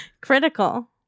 Critical